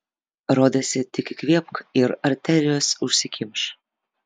rodėsi tik įkvėpk ir arterijos užsikimš